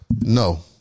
No